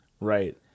right